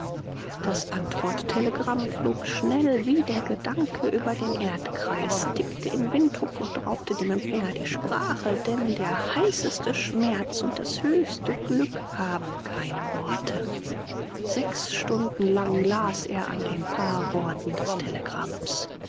das antworttelegramm flog schnell wie der gedanke über den erdkreis tickte in windhuk und raubte dem empfänger die sprache denn der heißeste schmerz und das höchste glück haben keine worte sechs stunden lang las er an den paar worten des telegramms